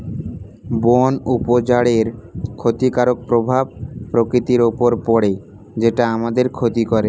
বন উজাড়ের ক্ষতিকারক প্রভাব প্রকৃতির উপর পড়ে যেটা আমাদের ক্ষতি করে